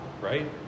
right